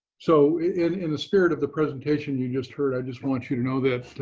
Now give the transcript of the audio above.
so in the spirit of the presentation you just heard, i just want you to know that